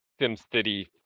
SimCity